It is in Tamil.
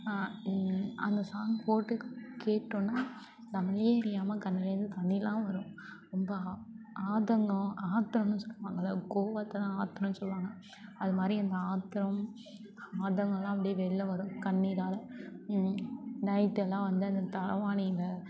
அந்த சாங் போட்டு கேட்டோம்னா நம்மளையே அறியாமல் கண்ணுலேருந்து தண்ணிலாம் வரும் ரொம்ப ஆதங்கம் ஆத்திரம்னு சொல்வாங்கள்ல கோவத்தை தான் ஆத்திரம்னு சொல்வாங்க அதுமாதிரி அந்த ஆத்திரம் ஆதங்கம்லாம் அப்படியே வெளில வரும் கண்ணீரால் நைட்டெல்லாம் வந்து அந்த தலகாணில